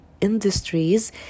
industries